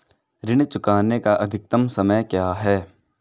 ऋण चुकाने का अधिकतम समय क्या है?